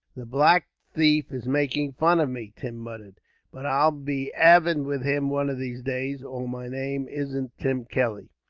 the black thief is making fun of me, tim muttered but i'll be aven with him one of these days, or my name isn't tim kelly.